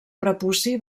prepuci